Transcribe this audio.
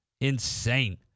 Insane